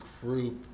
group